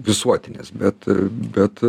visuotinės bet bet